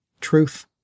Truth